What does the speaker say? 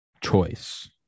choice